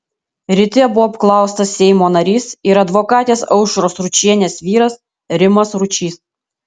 ryte buvo apklaustas seimo narys ir advokatės aušros ručienės vyras rimas ručys